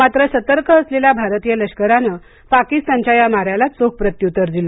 मात्र सतर्क असलेल्या भारतीय लष्कारांना पाकिस्तानच्या या माऱ्याला चोख प्रत्यूत्तर दिल